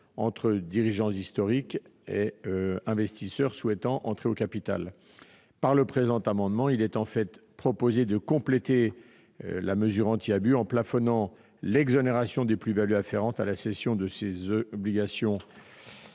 entre les dirigeants historiques et les investisseurs souhaitant entrer au capital. Par le présent amendement, il est proposé de compléter la mesure anti-abus, en plafonnant également l'exonération des plus-values afférentes à la cession de ces ORA ou